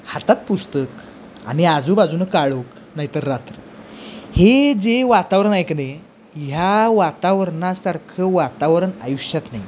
हातात पुस्तक आणि आजूबाजूनं काळोख नाहीतर रात्र हे जे वातावरण आहे की नाही ह्या वातावरणासारखं वातावरण आयुष्यात नाही